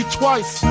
twice